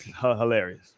hilarious